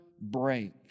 break